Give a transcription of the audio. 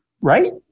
right